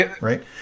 right